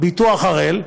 בביטוח "הראל",